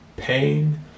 pain